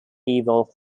evil